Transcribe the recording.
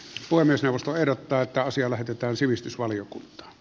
puhemiesneuvosto ehdottaa että asia lähetetään sivistysvaliokuntaan